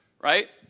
Right